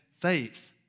faith